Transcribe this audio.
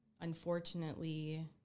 unfortunately